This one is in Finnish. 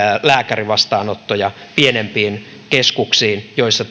lääkärivastaanottoja pienempiin keskuksiin joissa